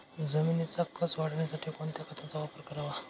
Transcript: जमिनीचा कसं वाढवण्यासाठी कोणत्या खताचा वापर करावा?